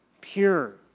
pure